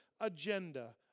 agenda